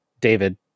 David